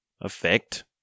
effect